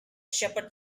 shepherd